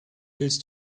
willst